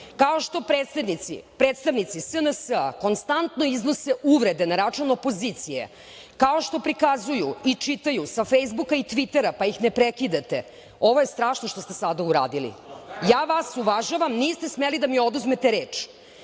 kao što predstavnici SNS, konstantno iznose uvrede na račun opozicije, kao što prikazuju sa Fejsbuka i Tvitera, pa ih ne prekidate, ovo je strašno što ste sada uradili. Ja vas uvažavam, ali niste smeli da mi oduzmete reč.